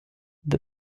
the